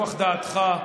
תנוח דעתך,